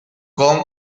con